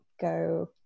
go